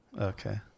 Okay